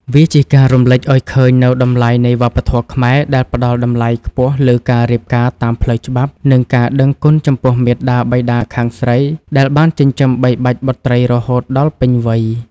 វាជាការរំលេចឱ្យឃើញនូវតម្លៃនៃវប្បធម៌ខ្មែរ ដែលផ្ដល់តម្លៃខ្ពស់លើការរៀបការតាមផ្លូវច្បាប់ និងការដឹងគុណចំពោះមាតាបិតាខាងស្រីដែលបានចិញ្ចឹមបីបាច់បុត្រីរហូតដល់ពេញវ័យ។